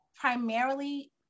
primarily